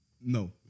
No